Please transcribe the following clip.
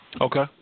Okay